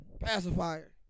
Pacifier